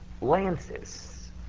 lances